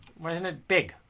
when and it big